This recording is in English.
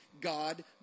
God